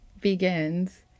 begins